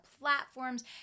platforms